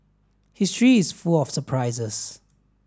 history is full of surprises